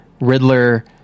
riddler